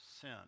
sin